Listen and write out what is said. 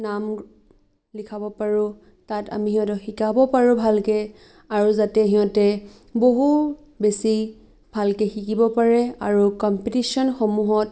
নাম লিখাব পাৰোঁ তাত আমি সিহঁতক শিকাব পাৰোঁ ভালকৈ আৰু যাতে সিহঁতে বহুত বেছি ভালকৈ শিকিব পাৰে আৰু কম্পিটিশ্য়নসমূহত